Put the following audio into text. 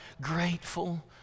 grateful